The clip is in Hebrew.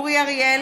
נגד אורי אריאל,